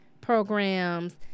programs